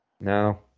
No